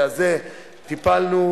המדינה,